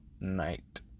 night